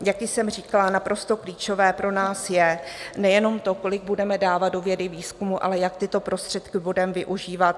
Jak již jsem říkala, naprosto klíčové pro nás je nejenom to, kolik budeme dávat do vědy, výzkumu, ale jak tyto prostředky budeme využívat.